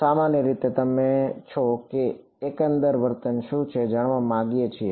સામાન્ય રીતે તમે છો અમે એકંદર વર્તન શું છે તે જાણવા માગીએ છીએ